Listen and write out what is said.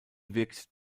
wirkt